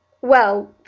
Well